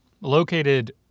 located